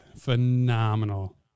phenomenal